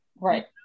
Right